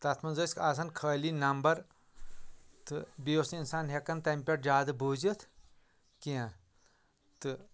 تتھ مںٛز ٲسۍ آسن خٲلی نمبر تہٕ بیٚیہِ اوس نہٕ انسان ہٮ۪کان تمہِ پٮ۪ٹھ زیادٕ بوٗزِتھ کینٛہہ تہٕ